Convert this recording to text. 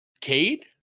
Cade